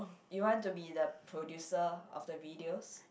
you want to be the producer of the videos